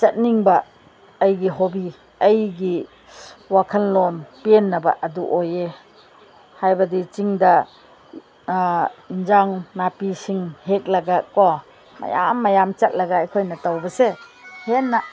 ꯆꯠꯅꯤꯡꯕ ꯑꯩꯒꯤ ꯍꯣꯕꯤ ꯑꯩꯒꯤ ꯋꯥꯈꯜꯂꯣꯟ ꯄꯦꯟꯅꯕ ꯑꯗꯨ ꯑꯣꯏꯌꯦ ꯍꯥꯏꯕꯗꯤ ꯆꯤꯡꯗ ꯏꯟꯁꯥꯡ ꯅꯥꯄꯤꯁꯤꯡ ꯍꯦꯛꯂꯒꯀꯣ ꯃꯌꯥꯝ ꯃꯌꯥꯝ ꯆꯠꯂꯒ ꯑꯩꯈꯣꯏꯅ ꯇꯧꯕꯁꯦ ꯍꯦꯟꯅ